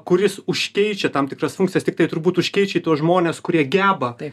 kuris užkeičia tam tikras funkcijas tiktai turbūt užkeičia į tuos žmones kurie geba